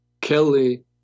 Kelly